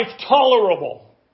tolerable